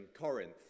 Corinth